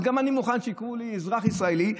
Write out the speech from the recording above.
אז גם אני מוכן שיקראו לי "אזרח ישראלי",